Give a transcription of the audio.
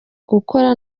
gukora